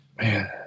man